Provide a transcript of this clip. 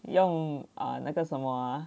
用 err 那个什么啊